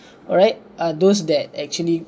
alright uh those that actually